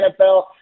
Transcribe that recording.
NFL